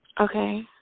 Okay